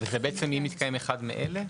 בעצם, זה אם יתקיים אחד מאלה?